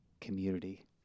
community